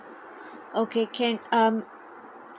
okay can um